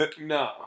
No